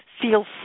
feel